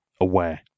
aware